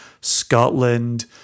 Scotland